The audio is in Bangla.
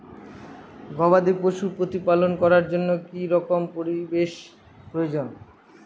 গবাদী পশু প্রতিপালন করার জন্য কি রকম পরিবেশের প্রয়োজন?